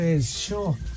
Sure